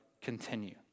continue